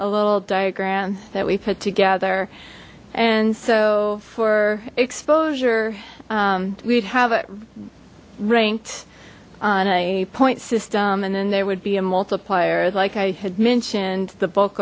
a little diagram that we put together and so for exposure we'd have it ranked on a point system and then there would be a multiplier like i had mentioned the bulk